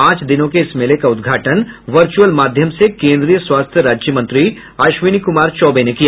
पांच दिनों के इस मेले का उद्घाटन वर्चुअल माध्यम से केन्द्रीय स्वास्थ्य राज्य मंत्री अश्विनी कुमार चौबे ने किया